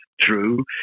true